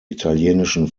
italienischen